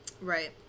right